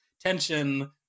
tension